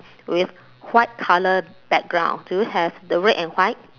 with white colour background do you have the red and white